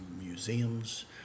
museums